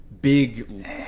big